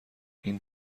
این